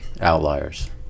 outliers